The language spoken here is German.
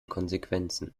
konsequenzen